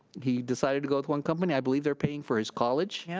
he decided t go with one company. i believe they're paying for his college. yeah